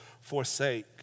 forsake